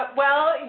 well,